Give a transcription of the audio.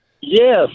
Yes